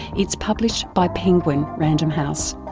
it's published by penguin random house.